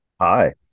Hi